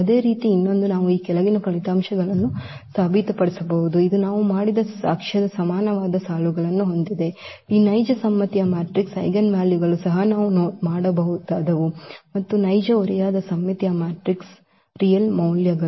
ಅದೇ ರೀತಿ ಇನ್ನೊಂದು ನಾವು ಈ ಕೆಳಗಿನ ಫಲಿತಾಂಶಗಳನ್ನು ಸಾಬೀತುಪಡಿಸಬಹುದು ಇದು ನಾವು ಮಾಡಿದ ಸಾಕ್ಷ್ಯದ ಸಮಾನವಾದ ಸಾಲುಗಳನ್ನು ಹೊಂದಿದೆ ಈ ನೈಜ ಸಮ್ಮಿತೀಯ ಮ್ಯಾಟ್ರಿಕ್ಸ್ನ ಐಜೆನ್ವಾಲ್ಯೂಗಳು ಸಹ ನಾವು ಮಾಡಬಹುದಾದವು ಮತ್ತು ನೈಜ ಓರೆಯಾದ ಸಮ್ಮಿತೀಯ ಮ್ಯಾಟ್ರಿಕ್ಸ್ನ ನೈಜ ಮೌಲ್ಯಗಳು